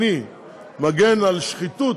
אני מגן על שחיתות